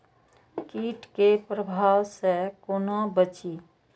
कीट के प्रभाव से कोना बचीं?